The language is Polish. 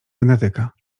genetyka